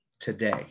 Today